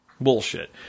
Bullshit